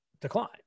decline